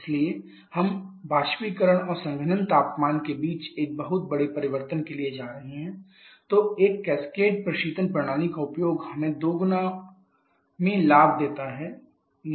इसलिए जब हम वाष्पीकरण और संघनन तापमान के बीच एक बहुत बड़े परिवर्तन के लिए जा रहे हैं तो एक कैस्केड प्रशीतन प्रणाली का उपयोग हमें दो गुना में लाभ देता है